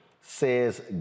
says